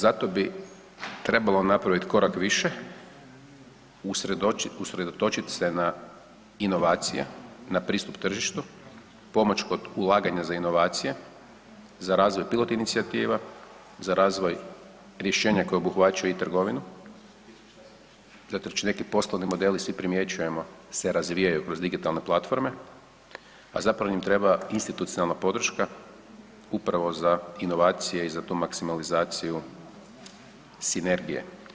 Zato bi trebalo napraviti korak više, usredotočiti se na inovacije na pristup tržištu pomoć kod ulaganja za inovacije za razvoj pilot inicijativa, za razvoj rješenja koja obuhvaćaju i trgovinu zato jer će neki poslovni modeli svi primjećujemo se razvijaju kroz digitalne platforme, a zapravo im treba institucionalna podrška upravo za inovacije i za tu maksimalizaciju sinergije.